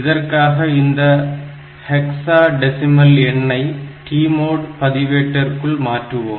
இதற்காக இந்த hexadecimal எண்ணை TMOD பதிவேட்டிற்குள் மாற்றுவோம்